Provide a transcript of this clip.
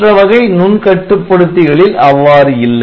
மற்ற வகை நுண் கட்டுப்படுத்தி களில் அவ்வாறு இல்லை